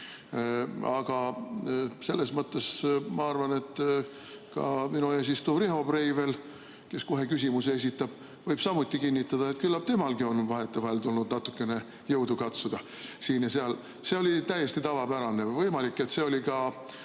Aga selles mõttes ma arvan, et ka minu ees istuv Riho Breivel, kes kohe küsimuse esitab, võib samuti kinnitada, et küllap temalgi tuli vahetevahel natukene jõudu katsuda siin ja seal. See oli täiesti tavapärane. Võimalik, et see oli ka